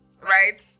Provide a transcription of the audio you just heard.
right